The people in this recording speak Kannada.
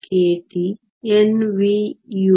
Nv ಯು 2mhi